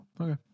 okay